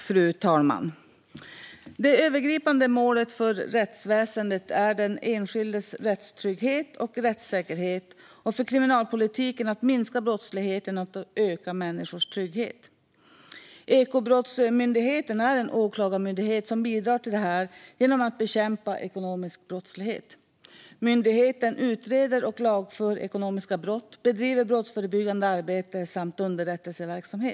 Fru talman! Det övergripande målet för rättsväsendet är den enskildes rättstrygghet och rättssäkerhet och för kriminalpolitiken att minska brottsligheten och öka människors trygghet. Ekobrottsmyndigheten är en åklagarmyndighet som bidrar till detta genom att bekämpa ekonomisk brottslighet. Myndigheten utreder och lagför ekonomiska brott, bedriver brottsförebyggande arbete samt underrättelseverksamhet.